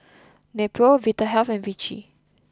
Nepro Vitahealth and Vichy